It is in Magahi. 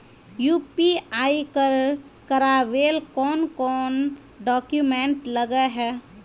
यु.पी.आई कर करावेल कौन कौन डॉक्यूमेंट लगे है?